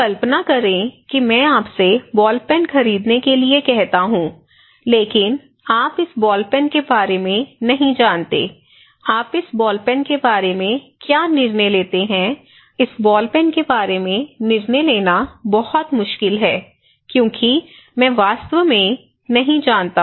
अब कल्पना करें कि मैं आपसे बॉल पेन खरीदने के लिए कहता हूं लेकिन आप इस बॉल पेन के बारे में नहीं जानते आप इस बॉल पेन के बारे में क्या निर्णय लेते हैं इस बॉल पेन के बारे में निर्णय लेना बहुत मुश्किल है क्योंकि मैं वास्तव में नहीं जानता